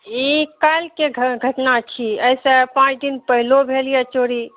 ई काल्हिके घटना छी एहिसे पाँच दिन पहिलो भेल यऽ चोरी